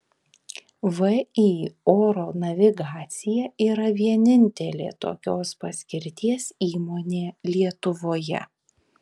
vį oro navigacija yra vienintelė tokios paskirties įmonė lietuvoje